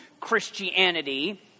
Christianity—